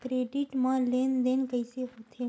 Credit मा लेन देन कइसे होथे?